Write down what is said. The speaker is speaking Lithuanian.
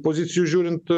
pozicijų žiūrint